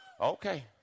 Okay